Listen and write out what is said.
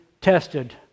tested